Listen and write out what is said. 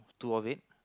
two of it